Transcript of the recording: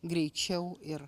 greičiau ir